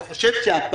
אני חושב שהפעם,